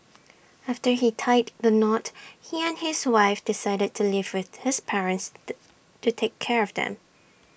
after he tied the knot he and his wife decided to live with his parents to to take care of them